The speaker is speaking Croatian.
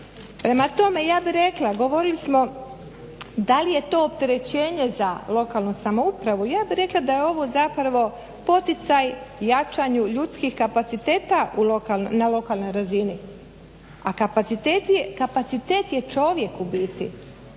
Prema tome ja bih rekla govorili smo da li je to opterećenje za lokalnu samoupravu? Ja bih rekla da je ovo poticaj jačanju ljudskih kapaciteta na lokalnoj razini, a kapacitet je čovjek u biti.